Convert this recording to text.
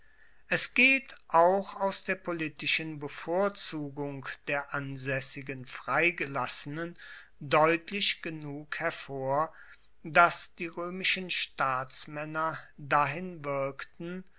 es geht auch aus der politischen bevorzugung der ansaessigen freigelassenen deutlich genug hervor dass die roemischen staatsmaenner dahin wirkten